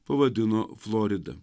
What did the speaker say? pavadino florida